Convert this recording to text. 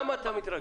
למה אתה מתרגש?